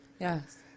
Yes